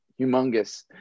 humongous